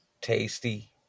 tasty